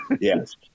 Yes